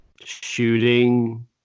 shooting